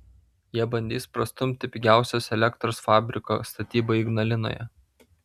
jie bandys prastumti pigiausios elektros fabriko statybą ignalinoje